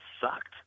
sucked